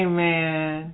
Amen